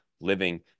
living